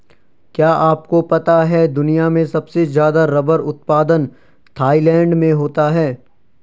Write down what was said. क्या आपको पता है दुनिया में सबसे ज़्यादा रबर उत्पादन थाईलैंड में होता है?